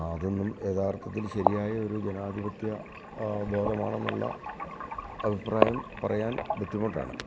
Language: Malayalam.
അതൊന്നും യഥാർത്ഥത്തിൽ ശരിയായ ഒരു ജനാധിപത്യ ബോധമാണെന്നുള്ള അഭിപ്രായം പറയാൻ ബുദ്ധിമുട്ടാണ്